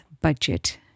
budget